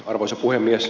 arvoisa puhemies